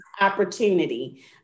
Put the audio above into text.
opportunity